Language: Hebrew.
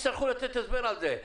הם יצטרכו לתת הסבר על זה.